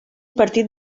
partit